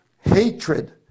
hatred